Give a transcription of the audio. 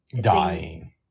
dying